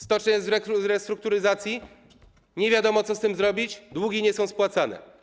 Stocznia jest w restrukturyzacji, nie wiadomo, co z tym zrobić, długi nie są spłacane.